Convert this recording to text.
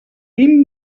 vint